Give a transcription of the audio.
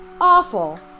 awful